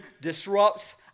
disrupts